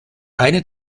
eine